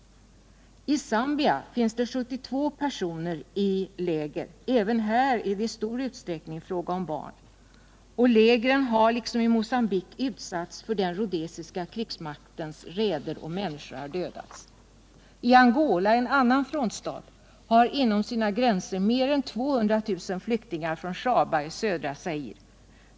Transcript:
I Zambia finns det 72000 personer i läger. Även här är det i stor utsträckning fråga om barn. Och lägren har liksom lägren i Mogambique utsatts för den rhodesiska krigsmaktens raider, och människor har dödats. Angola, en annan frontstat, har inom sina gränser mer än 200 000 flyktingar från Shaba i södra Zaire.